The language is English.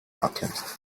alchemist